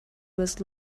was